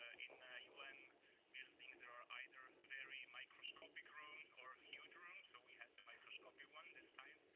ah in un buildings, there are either very microscopic rooms or huge rooms. so we had the microscopic one this time.